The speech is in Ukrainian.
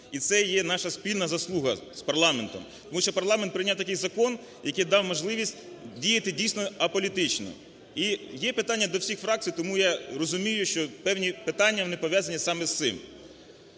І це є наша спільна заслуга з парламентом, тому що парламент прийняв такий закон, який дав можливість діяти дійсно аполітично, і є питання до всіх фракцій. Тому я розумію, що певні питання вони пов'язані саме з цим.